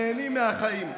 נהנים מהחיים.